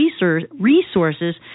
resources